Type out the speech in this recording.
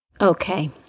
Okay